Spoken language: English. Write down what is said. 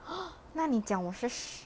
那你讲我是